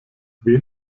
wen